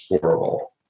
horrible